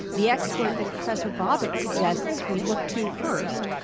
the expert that professor bobbitt suggests we look to first,